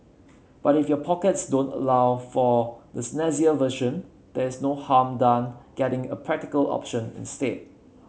but if your pockets don't allow for the snazzier version there is no harm done getting a practical option instead